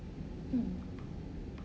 mm